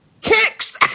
kicks